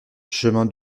chemin